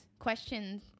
Questions